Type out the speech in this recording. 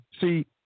See